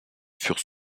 furent